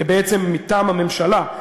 בעצם מטעם הממשלה,